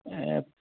ओं